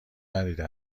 ندیده